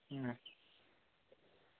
ꯎꯝ